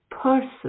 person